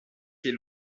que